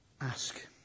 ask